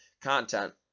content